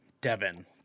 Devin